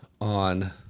on